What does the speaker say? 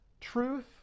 truth